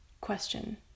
Question